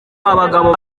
abagabo